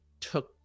took